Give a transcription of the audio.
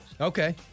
Okay